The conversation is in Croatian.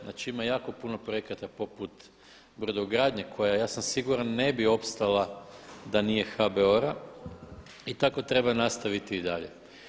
Znači ima jako puno projekata poput brodogradnje koja ja sam siguran ne bi opstala da nije HBOR-a i tako treba nastaviti i dalje.